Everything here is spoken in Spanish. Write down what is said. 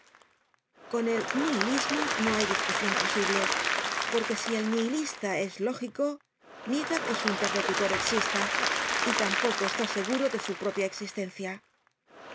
con el nihilismo no hay discusion posible porque si el nihilista es lógico niega que su interlocutor exista y tampoco está seguro de su propia existencia